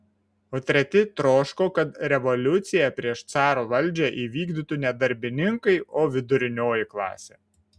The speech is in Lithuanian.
o treti troško kad revoliuciją prieš caro valdžią įvykdytų ne darbininkai o vidurinioji klasė